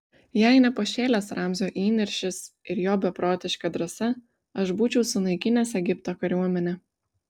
jei ne pašėlęs ramzio įniršis ir jo beprotiška drąsa aš būčiau sunaikinęs egipto kariuomenę